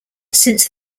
since